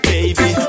Baby